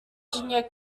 junior